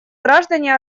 граждане